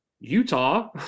Utah